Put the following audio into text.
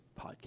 podcast